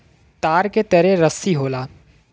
तार के तरे रस्सी होला